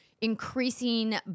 increasing